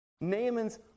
Naaman's